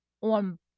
on